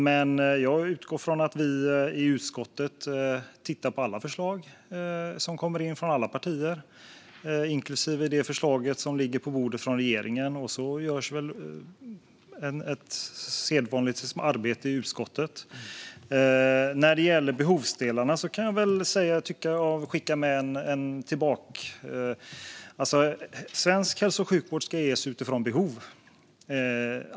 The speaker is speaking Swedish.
Jag utgår dock ifrån att vi i utskottet tittar på alla förslag som kommer in, från alla partier - inklusive det förslag från regeringen som ligger på bordet. Sedan görs väl ett sedvanligt arbete i utskottet. När det gäller behovsdelarna kan jag skicka med något tillbaka. Svensk hälso och sjukvård ska ges utifrån behov.